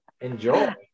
Enjoy